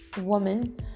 woman